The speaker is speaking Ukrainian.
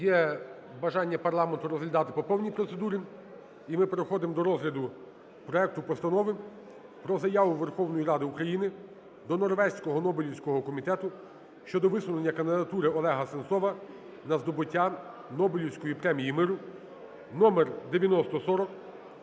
Є бажання парламенту розглядати по повній процедурі, і ми переходимо до розгляду проекту Постанови про Заяву Верховної Ради України до Норвезького Нобелівського комітету щодо висунення кандидатури Олега Сенцова на здобуття Нобелівської премії миру (№ 9040).